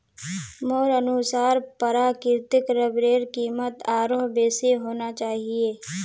मोर अनुसार प्राकृतिक रबरेर कीमत आरोह बेसी होना चाहिए